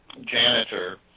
janitor